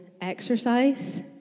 exercise